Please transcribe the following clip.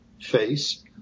face